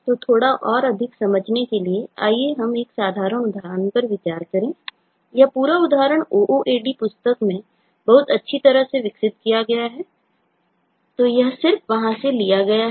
तो थोड़ा और अधिक समझने के लिए आइए हम एक साधारण उदाहरण पर विचार करें यह पूरा उदाहरण OOAD पुस्तक में बहुत अच्छी तरह से विकसित किया गया है तो यह सिर्फ वहाँ से लिया गया है